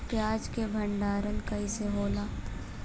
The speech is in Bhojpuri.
प्याज के भंडारन कइसे होला?